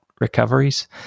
recoveries